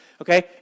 okay